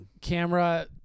camera